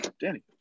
Danny